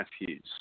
nephews